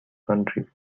country